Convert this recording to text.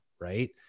right